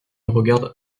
regarde